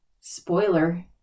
Spoiler